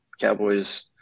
Cowboys